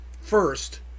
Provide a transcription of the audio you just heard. first